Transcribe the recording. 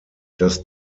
das